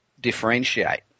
differentiate